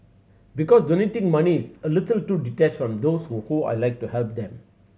because donating money is a little too detached on those who whom I'd like to help them